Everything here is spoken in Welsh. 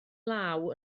law